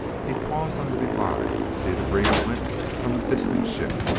he paused on the divide to see the green glint from a distant ship,